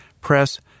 press